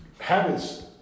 habits